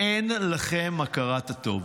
אין לכם הכרת הטוב.